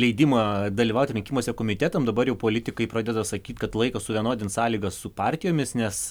leidimą dalyvauti rinkimuose komitetam dabar jau politikai pradeda sakyt kad laikas suvienodint sąlygas su partijomis nes